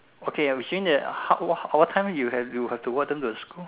okay I will change it how how what time you have you have to walk them to the school